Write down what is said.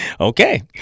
okay